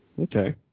Okay